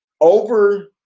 over